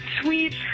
sweet